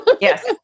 Yes